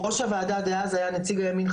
ראש הוועדה דאז היה נציג הימין,